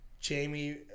Jamie